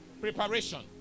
preparation